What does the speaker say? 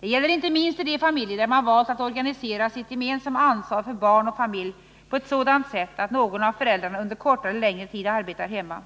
Det gäller inte minst i de familjer där man valt att organisera sitt gemensamma ansvar för barn och familj på ett sådant sätt att någon av föräldrarna under kortare eller längre tid arbetar hemma.